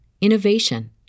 innovation